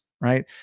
right